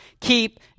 keep